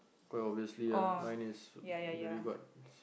quite obviously ah mine is really got